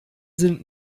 sind